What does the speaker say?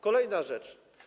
Kolejna rzecz.